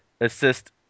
assist